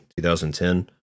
2010